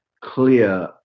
clear